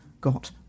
Got